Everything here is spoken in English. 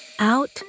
out